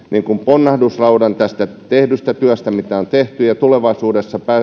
ponnahduslaudan tästä tehdystä työstä mitä on tehty ja tulevaisuudessa